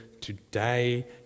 Today